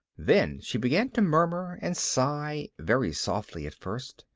then she began to murmur and sigh, very softly at first,